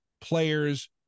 players